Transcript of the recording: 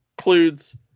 includes